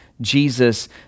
Jesus